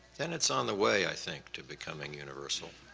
then it's on the way, i think, to becoming universal.